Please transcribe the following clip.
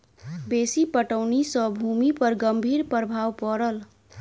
बेसी पटौनी सॅ भूमि पर गंभीर प्रभाव पड़ल